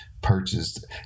purchased